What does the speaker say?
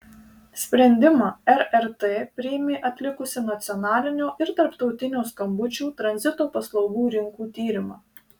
sprendimą rrt priėmė atlikusi nacionalinio ir tarptautinio skambučių tranzito paslaugų rinkų tyrimą